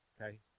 Okay